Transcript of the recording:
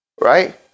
Right